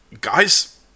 Guys